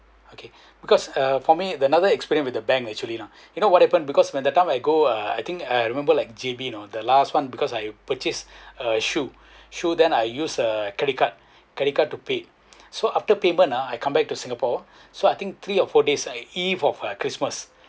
okay because uh for me another experience with the bank actually you know what happened because when that time I go uh I think I remember like J_B you know the last one because I purchase a shoe shoe then I use a credit card credit card to pay so after payment ah I come back to singapore so I think three or four days on eve of uh christmas